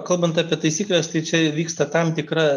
kalbant apie taisykles tai čia vyksta tam tikra